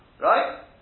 Right